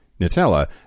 Nutella